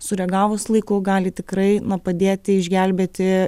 sureagavus laiku gali tikrai na padėti išgelbėti